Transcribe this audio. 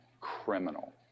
criminal